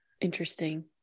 interesting